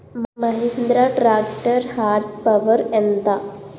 Mahindra tractor horse power ఎంత?